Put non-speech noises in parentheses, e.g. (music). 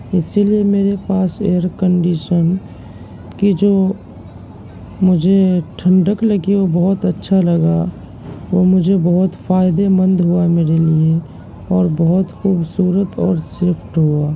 اسی لیے میرے پاس ایئرکنڈیشن کی جو مجھے ٹھنڈک لگی وہ بہت اچھا لگا وہ مجھے بہت فائدے مند ہوا میرے لیے اور بہت خوبصورت اور (unintelligible) ہوا